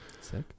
Sick